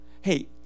Hey